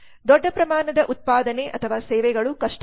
ದೊಡ್ಡ ಪ್ರಮಾಣದ ಉತ್ಪಾದನೆ ಅಥವಾ ಸೇವೆಗಳು ಕಷ್ಟ